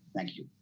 thank you.